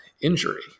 injury